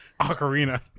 ocarina